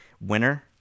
winner